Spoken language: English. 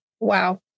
Wow